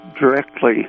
directly